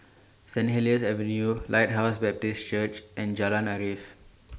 Saint Helier's Avenue Lighthouse Baptist Church and Jalan Arif